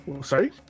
Sorry